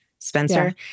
Spencer